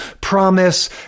promise